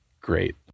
Great